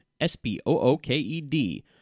S-P-O-O-K-E-D